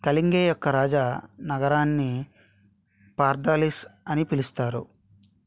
కళింగే యొక్క రాజ నగరాన్ని పార్థాలిస్ అని పిలుస్తారు